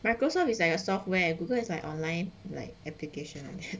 Microsoft is like a software leh Google is like online like application like that